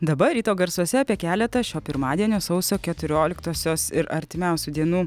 dabar ryto garsuose apie keletą šio pirmadienio sausio keturioliktosios ir artimiausių dienų